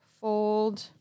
fold